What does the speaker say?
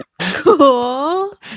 Cool